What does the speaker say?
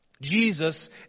Jesus